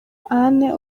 anne